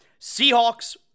Seahawks